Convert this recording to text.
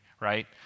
right